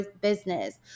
business